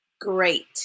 great